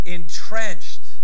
entrenched